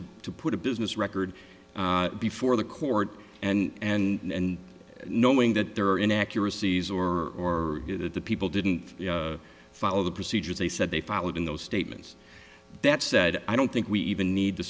to put a business record before the court and and knowing that there are in accuracies or that the people didn't follow the procedures they said they followed in those statements that said i don't think we even need to